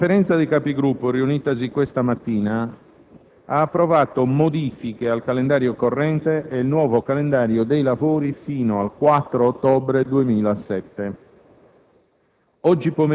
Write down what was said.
La Conferenza dei Capigruppo, riunitasi questa mattina, ha approvato modifiche al calendario corrente e il nuovo calendario dei lavori fino al 4 ottobre 2007.